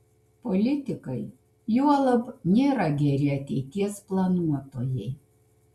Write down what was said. politikai juolab nėra geri ateities planuotojai